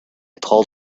told